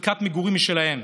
וחלקת מגורים משלהם.